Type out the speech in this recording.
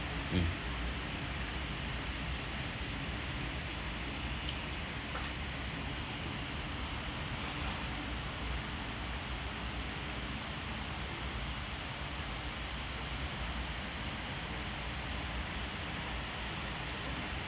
mm